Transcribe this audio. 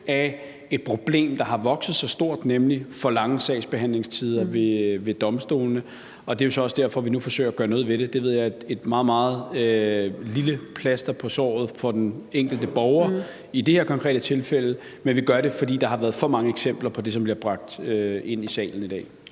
af et problem, der har vokset sig stort, nemlig for lange sagsbehandlingstider ved domstolene. Det er også derfor, vi nu forsøger at gøre noget ved det. Det ved jeg er et meget, meget lille plaster på såret for den enkelte borger i det her konkrete tilfælde, men vi gør det, fordi der har været for mange eksempler på det, som bliver bragt ind i salen i dag.